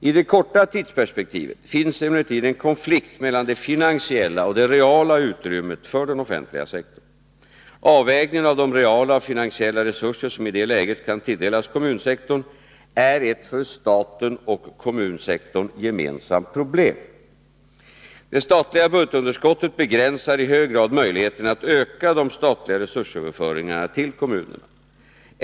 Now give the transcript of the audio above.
I det korta tidsperspektivet finns emellertid en konflikt mellan det finansiella och det reala utrymmet för den offentliga sektorn. Avvägningen av de reala och finansiella resurser som i 'detta läge kan tilldelas kommunsektorn är ett för staten och kommunsektorn gemensamt problem. Det statliga budgetunderskottet begränsar i hög grad möjligheterna att öka de statliga resursöverföringarna till kommunerna.